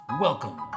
Welcome